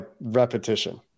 repetition